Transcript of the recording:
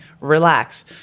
relax